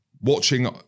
watching